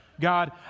God